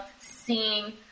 seeing